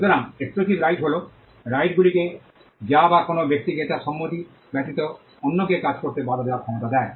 সুতরাং exclusive right হল right গুলি যা কোনও ব্যক্তিকে তার সম্মতি ব্যতীত অন্যকে কাজ করতে বাধা দেওয়ার ক্ষমতা দেয়